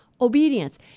Obedience